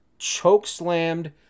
chokeslammed